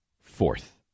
fourth